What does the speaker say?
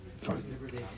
Fine